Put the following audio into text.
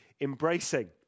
embracing